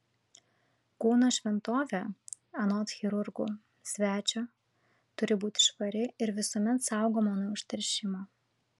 kūno šventovė anot chirurgų svečio turi būti švari ir visuomet saugoma nuo užteršimo